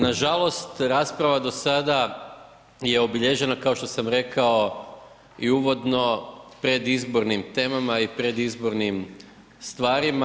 Nažalost rasprava do sada je obilježena kao što sam rekao i uvodno predizbornim temama i predizbornim stvarima.